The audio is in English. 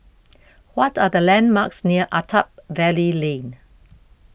what are the landmarks near Attap Valley Lane